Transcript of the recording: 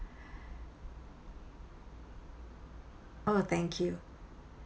oh thank you